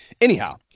Anyhow